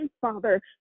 Father